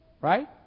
right